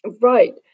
Right